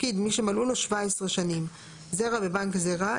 הפקיד מי שמלאו לו 17 שנים זרע בבנק הזרע,